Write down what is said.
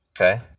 Okay